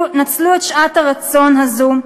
נצלו את שעת הרצון הזו,